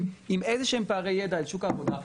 עם איזה שהם פערי ידע אל שוק העבודה.